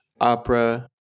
Opera